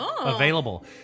available